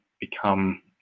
become